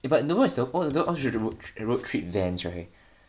eh but the what's your the road trip vans right